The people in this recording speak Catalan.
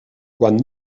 quan